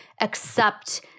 accept